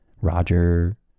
roger